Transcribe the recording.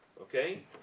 Okay